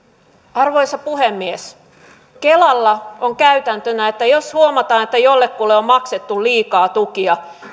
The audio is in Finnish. arvoisa puhemies kelalla on käytäntönä että jos huomataan että jollekulle on maksettu liikaa tukia